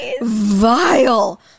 vile